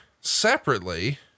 separately